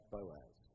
Boaz